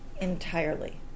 entirely